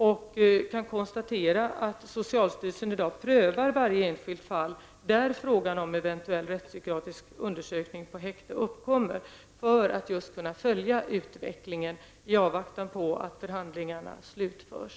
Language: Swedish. Jag kan konstatera att socialstyrelsen i dag prövar varje enskilt fall där frågan om eventuell rättspsykiatrisk undersökning på häkte uppkommer, just för att kunna följa utvecklingen i avvaktan på att förhandlingarna slutförs.